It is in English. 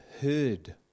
heard